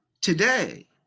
today